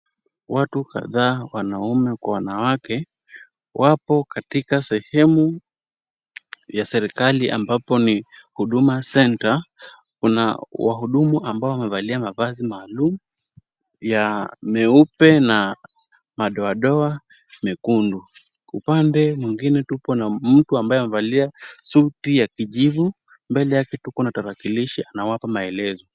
Watu kadhaa wanaume kwa wanawake wapo katika sehemu ya serikali ambapo ni Huduma Center. Kuna wahudumu ambao wamevalia mavazi maalum ya meupe na madoadoa mekundu. Upande mwingine tupo na mtu ambaye amevalia suti ya kijivu. Mbele yake tuko na tarakilishi anawapa maelezo.